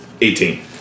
Eighteen